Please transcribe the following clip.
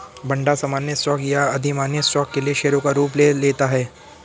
भंडार सामान्य स्टॉक या अधिमान्य स्टॉक के लिए शेयरों का रूप ले लेता है